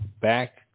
back